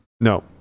No